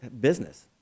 business